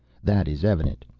that is evident.